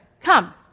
Come